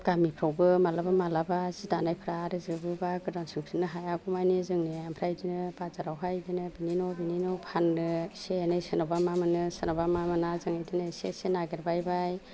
गामिफ्रावबो मालाबा मालाबा जि दानायफ्रा आरो जोबोबा गोदान सोंफिनो हायागौमानि जोंने आमफ्राइ बिदिनो बाजारावहाय बिदिनो बिनि न' बिनि न' फानो एसे एनै सोरनावबा मा मोनो सोरनावबा मा मोना जों बिदिनो जों एसे एसे नागेरबाबाय